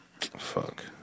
Fuck